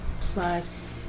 plus